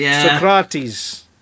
Socrates